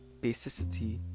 basicity